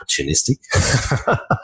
opportunistic